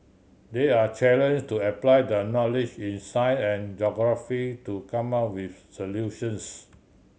they are challenged to apply their knowledge in science and geography to come up with solutions